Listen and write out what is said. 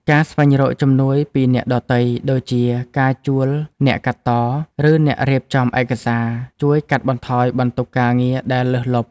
ការស្វែងរកជំនួយពីអ្នកដទៃ ដូចជាការជួលអ្នកកាត់ត ឬអ្នករៀបចំឯកសារ ជួយកាត់បន្ថយបន្ទុកការងារដែលលើសលប់។